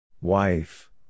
Wife